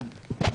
כן.